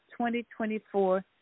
2024